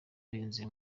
birinze